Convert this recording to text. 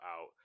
out